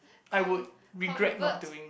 I would regret not doing